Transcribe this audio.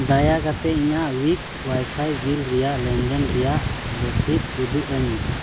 ᱫᱟᱭᱟ ᱠᱟᱛᱮᱫ ᱤᱧᱟᱹᱜ ᱩᱭᱤᱠ ᱚᱣᱟᱭ ᱯᱷᱟᱭ ᱵᱤᱞ ᱨᱮᱭᱟᱜ ᱞᱮᱱᱫᱮᱱ ᱨᱮᱭᱟᱜ ᱨᱚᱥᱤᱫ ᱩᱫᱩᱜ ᱟᱹᱧ ᱢᱮ